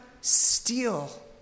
steal